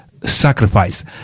sacrifice